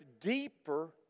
deeper